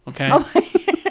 okay